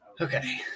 okay